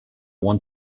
one